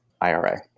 IRA